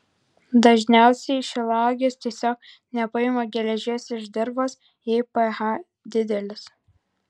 dažniausiai šilauogės tiesiog nepaima geležies iš dirvos jei ph didelis